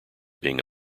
being